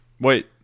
Wait